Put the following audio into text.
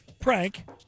prank